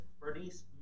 Bernice